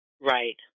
Right